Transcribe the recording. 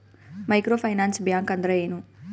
Micro finance bank ಅಂದ್ರ ಏನು?